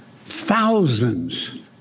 Thousands